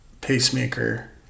pacemaker